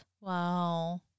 Wow